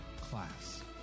class